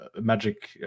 magic